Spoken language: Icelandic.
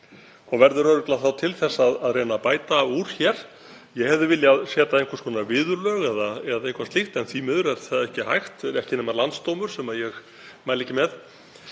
og verður örugglega til þess að reyna að bæta úr hér. Ég hefði viljað setja einhvers konar viðurlög eða eitthvað slíkt, en því miður er það ekki hægt, ekki nema Landsdómur, sem ég mæli ekki með.